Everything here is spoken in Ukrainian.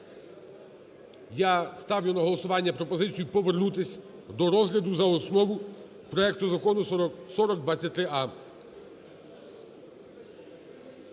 Я ставлю на голосування пропозицію повернутись до розгляду, за основу проекту Закону 4023а.